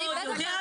הוא יודע טוב,